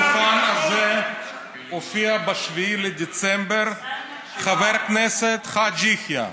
בדוכן הזה הופיע ב-7 בדצמבר חבר הכנסת חאג' יחיא,